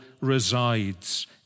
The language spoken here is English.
resides